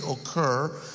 occur